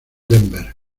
denver